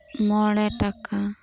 ᱢᱚᱬᱮ ᱴᱟᱠᱟ